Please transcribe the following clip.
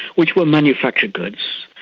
which were manufactured goods,